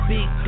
Big